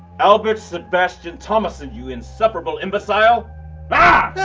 albert sebastian thomason you insufferable imbecile ahh!